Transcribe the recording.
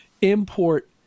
import